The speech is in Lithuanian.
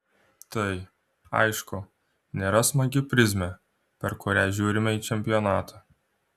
tai aišku nėra smagi prizmė per kurią žiūrime į čempionatą